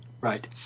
Right